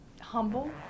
humble